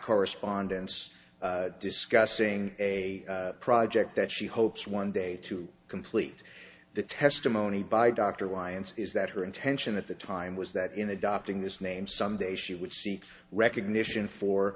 correspondence discussing a project that she hopes one day to complete the testimony by dr lyons is that her intention at the time was that in adopting this name some day she would seek recognition for